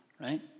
right